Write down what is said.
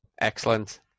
Excellent